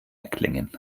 erklingen